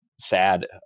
sad